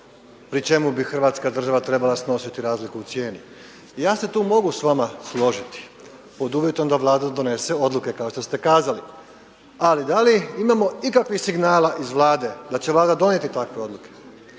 pri čemu bi Hrvatska država trebala snositi razliku u cijeni. Ja se tu mogu sa vama složiti pod uvjetom da Vlada donese odluke kao što ste kazali. Ali da li imamo ikakvih signala iz Vlade da će Vlada donijeti takve odluke?